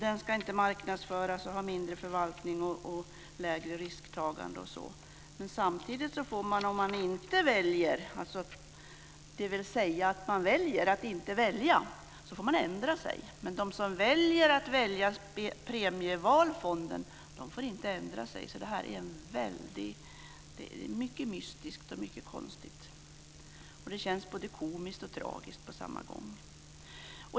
Den ska inte marknadsföras, ha mindre förvaltning och lägre risktagande. Samtidigt får man om man inte väljer, dvs. om man väljer att inte välja, rätt att ändra sig. Men de som väljer att välja Premievalfonden får inte ändra sig. Det här är mycket mystiskt och mycket konstigt. Det känns både komiskt och tragiskt på samma gång.